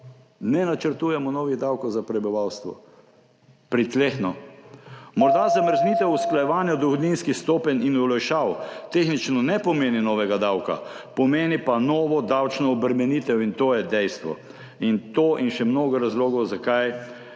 Ne načrtujemo novih davkov za prebivalstvo. Pritlehno. Morda zamrznitev usklajevanja dohodninskih stopenj in olajšav tehnično ne pomeni novega davka, pomeni pa novo davčno obremenitev, in to je dejstvo. Zaradi tega dejstva in še mnogo razlogov v